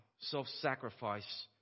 Self-sacrifice